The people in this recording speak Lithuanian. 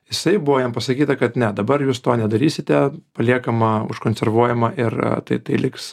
jisai buvo jam pasakyta kad ne dabar jūs to nedarysite paliekama užkonservuojama ir tai tai liks